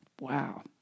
Wow